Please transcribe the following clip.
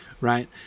right